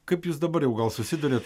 kaip jūs dabar jau gal susiduriat